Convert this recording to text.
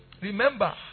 remember